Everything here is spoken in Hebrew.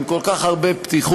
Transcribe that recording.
עם כל כך הרבה פתיחות,